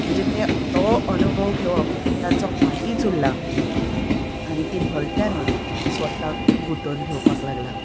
म्हणजे तें तो अनुभव घेवप तांचो फाटींच उरलां आनी तीं भलत्यानूच स्वताक गुंतोवन घेवपाक लागला